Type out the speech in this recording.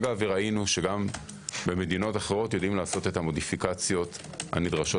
אגב ראינו שגם במדינות אחרות יודעים לעשות את המודיפיקציות הנדרשות